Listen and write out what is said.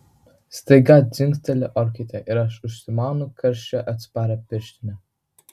staiga dzingteli orkaitė ir aš užsimaunu karščiui atsparią pirštinę